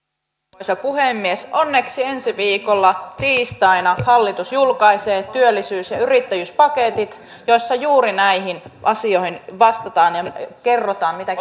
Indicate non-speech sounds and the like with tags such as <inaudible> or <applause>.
arvoisa puhemies onneksi ensi viikolla tiistaina hallitus julkaisee työllisyys ja yrittäjyyspaketit joissa juuri näihin asioihin vastataan ja kerrotaan mitä <unintelligible>